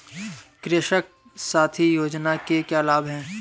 कृषक साथी योजना के क्या लाभ हैं?